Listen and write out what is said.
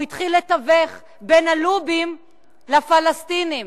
הוא התחיל לתווך בין הלובים לפלסטינים.